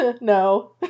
No